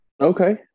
Okay